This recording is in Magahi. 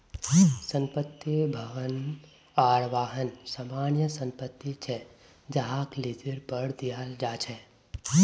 संपत्ति, भवन आर वाहन सामान्य संपत्ति छे जहाक लीजेर पर दियाल जा छे